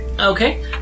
Okay